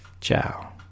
Ciao